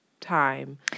time